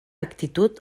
actitud